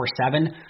24/7